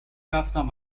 رفتم